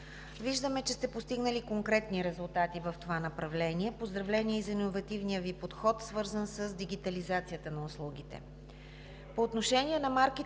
Виждаме, че сте постигнали конкретни резултати в това направление. Поздравления и за иновативния Ви подход, свързан с дигитализацията на услугите.